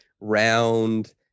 round